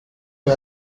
fue